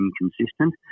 inconsistent